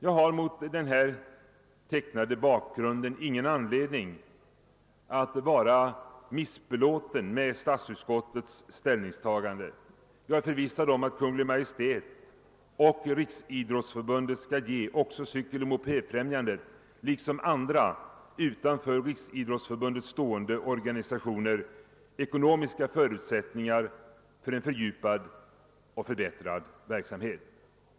Jag har mot den här tecknade bakgrunden ingen anledning att vara missbelåten med statsutskottets ställningstagande. Jag är förvissad om att Kungl. Maj:t och Riksidrottsförbundet också skall ge Cykeloch mopedfrämjandet liksom andra utanför Riksidrottsförbundet stående organisationer ekonomiska förutsättningar för en fördjupad och förbättrad verksamhet.